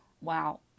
Wow